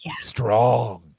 Strong